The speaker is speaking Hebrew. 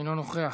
אינו נוכח,